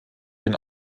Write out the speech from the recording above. den